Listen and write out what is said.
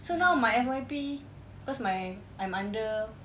so now my F_Y_P cause my I'm under